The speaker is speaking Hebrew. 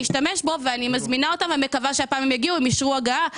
אשתמש בו ואני מזמינה אותם ומקווה שהפעם יגיעו - הם אישרו הגעה,